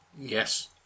Yes